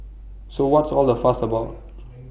so what's all the fuss about